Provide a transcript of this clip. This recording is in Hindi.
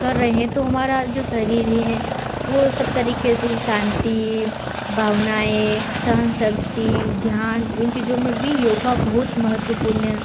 कर रहे हैं तो हमारा जो शरीर हैं वह सब तरीक़े से जैसे शांति भाबनाएं सहनशक्ति ध्यान इन चीज़ों में भी योग बहुत महत्त्वपूर्ण